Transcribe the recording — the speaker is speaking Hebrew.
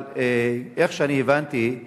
אבל איך שאני הבנתי,